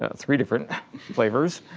ah three different flavors,